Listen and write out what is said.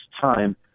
time